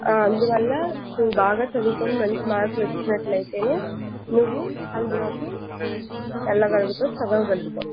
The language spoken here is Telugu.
అందువల్ల నువ్వు బాగా చదువుకుని మంచి మార్కులు వచ్చినట్టు అయితే నువ్వు అందులో వెళ్ళగలుగుతావు చదవగలుగుతావు